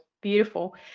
beautiful